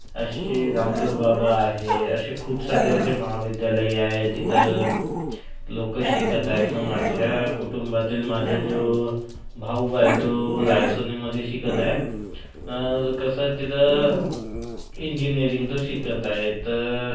श्री रामदेवबाबा आहे असे खूप सारे असे महाविद्यालय आहे जिथं लोकं शिकत आहेत आणि माझ्या कुटुंबातील माझा जो भाऊ आहे तो रायसोनीमध्ये शिकत आहे कसं तिथं इंजिनीअरिंग तो शिकत आहे तर